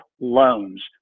loans